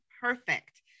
perfect